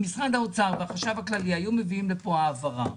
כשמשרד האוצר והחשב הכללי היו מביאים לפה העברה,